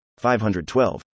512